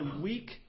weak